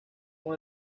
con